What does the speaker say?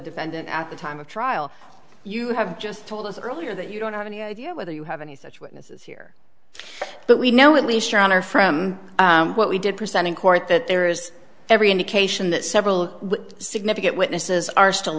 defendant at the time of trial you have just told us earlier that you don't have any idea whether you have any such witnesses here but we know at least your honor from what we did present in court that there is every indication that several significant witnesses are still